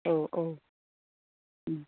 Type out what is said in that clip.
औ औ